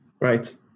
Right